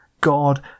God